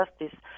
justice